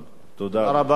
תודה רבה, אדוני.